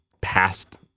past